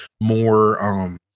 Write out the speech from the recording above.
more